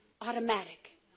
automatic